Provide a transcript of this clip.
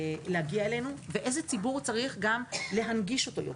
להגיע אלינו, ואיזה ציבור צריך גם להנגיש יותר.